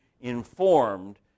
informed